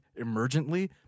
emergently